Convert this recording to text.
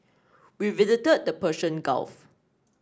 we visited the Persian Gulf